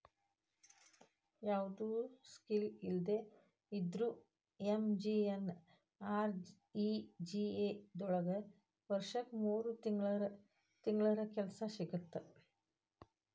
ಯಾವ್ದು ಸ್ಕಿಲ್ ಇಲ್ದೆ ಇದ್ರೂ ಎಂ.ಜಿ.ಎನ್.ಆರ್.ಇ.ಜಿ.ಎ ದೊಳಗ ವರ್ಷಕ್ ಮೂರ್ ತಿಂಗಳರ ಕೆಲ್ಸ ಸಿಗತ್ತ